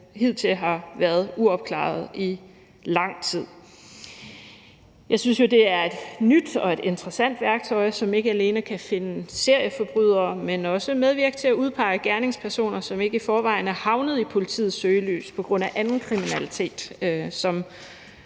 som hidtil har været uopklarede i lang tid. Jeg synes jo, at det er et nyt og et interessant værktøj, som ikke alene kan finde serieforbrydere, men også medvirke til at udpege gerningspersoner, som ikke i forvejen er havnet i politiets søgelys på grund af anden kriminalitet,